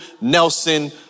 Nelson